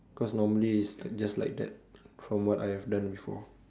cause normally is just like that from what I have done before